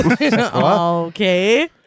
Okay